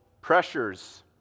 pressures